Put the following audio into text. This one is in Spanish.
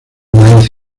maíz